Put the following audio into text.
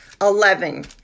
Eleven